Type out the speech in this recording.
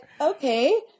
okay